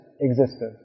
existed